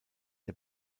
der